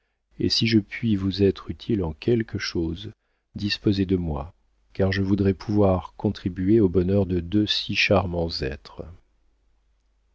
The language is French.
et si je puis vous être utile en quelque chose disposez de moi car je voudrais pouvoir contribuer au bonheur de deux si charmants êtres